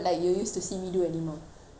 it's five times of that